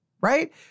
right